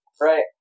right